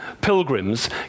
pilgrims